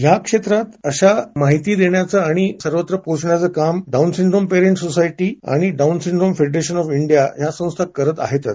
या क्षेत्रात अशा माहिती देण्याचा आणि सर्वत्र पोहोचवण्याचं काम डाऊन सिंड्रोम पॅरेन्टस् सोसायटी आणि Down syndrome federation of India या संस्था करत आहेतच